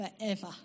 forever